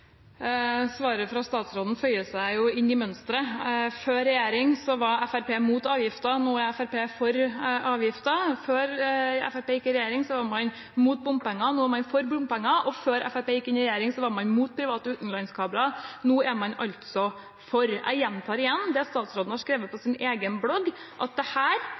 Svaret fra statsråden føyer seg inn i mønsteret. Før regjering var Fremskrittspartiet mot avgifter, nå er Fremskrittspartiet for avgifter. Før Fremskrittspartiet gikk inn i regjering, var man mot bompenger, nå er man for bompenger. Og før Fremskrittspartiet gikk inn i regjering, var man mot private utenlandskabler, nå er man altså for. Jeg gjentar igjen det statsråden har skrevet på sin egen blogg, at